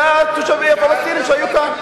זה התושבים הפלסטינים שהיו כאן.